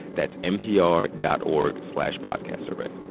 that's npr dot org slash podcastsurvey.